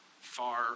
far